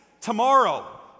tomorrow